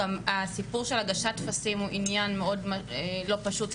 הסיפור של הגשת טפסים הוא עניין מאוד לא פשוט.